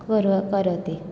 क्वरो करोति